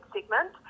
segment